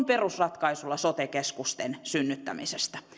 perusratkaisulla sote keskusten synnyttämisestä